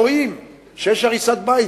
כשרואים שיש הריסת בית,